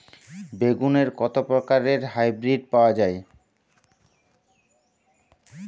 বেগুনের কত প্রকারের হাইব্রীড পাওয়া যায়?